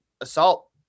assault